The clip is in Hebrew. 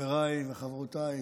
חבריי וחברותיי.